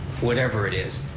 whatever it is,